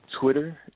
Twitter